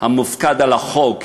המופקד על החוק,